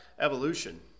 evolution